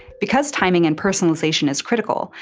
because timing and personalization is critical,